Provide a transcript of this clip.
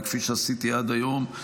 וכפי שעשיתי עד היום,